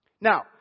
Now